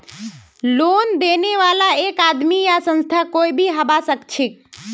loan देने बाला एक आदमी या संस्था कोई भी हबा सखछेक